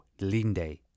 Linde